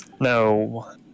no